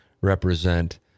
represent